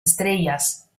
estrellas